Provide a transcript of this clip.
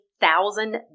Thousand